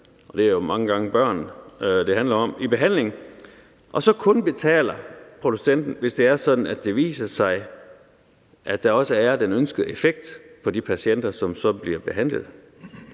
det er jo mange gange børn, det handler om – i behandling og så kun betaler producenten, hvis det er sådan, at det viser sig, at der også er den ønskede effekt for de patienter, som bliver behandlet.